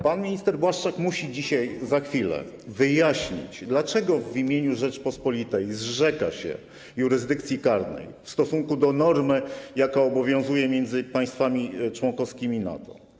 Pan minister Błaszczak dzisiaj, za chwilę musi wyjaśnić, dlaczego w imieniu Rzeczypospolitej zrzeka się jurysdykcji karnej w stosunku do normy, jaka obowiązuje między państwami członkowskimi NATO.